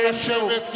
נא לשבת,